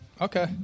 Okay